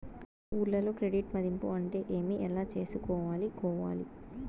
ఊర్లలో క్రెడిట్ మధింపు అంటే ఏమి? ఎలా చేసుకోవాలి కోవాలి?